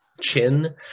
chin